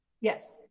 Yes